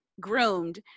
groomed